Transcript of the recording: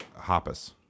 Hoppus